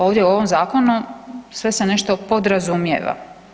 Ovdje u ovom zakonu sve se nešto podrazumijeva.